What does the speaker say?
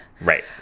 Right